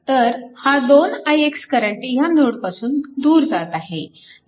तर हा 2 ix current ह्या नोडपासून दूर जात आहे